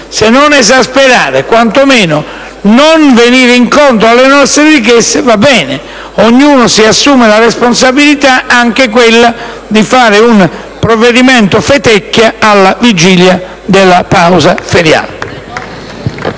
se non esasperare, quantomeno non venire incontro alle nostre richieste, ognuno se ne assume la responsabilità, anche quella di approvare un provvedimento "fetecchia" alla vigilia della pausa estiva.